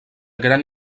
gran